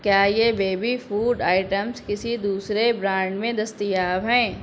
کیا یہ baby food items کسی دوسرے برانڈ میں دستیاب ہیں